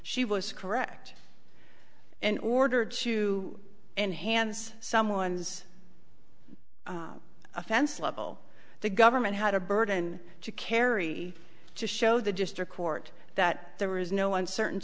she was correct in order to enhance someone's offense level the government had a burden to carry to show the district court that there is no uncertain